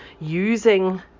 using